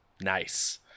Nice